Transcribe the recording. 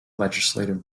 legislative